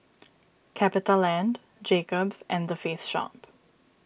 CapitaLand Jacob's and the Face Shop